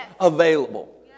available